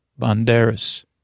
Banderas